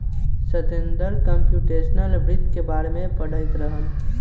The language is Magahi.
सतेन्दर कमप्यूटेशनल वित्त के बारे में पढ़ईत रहन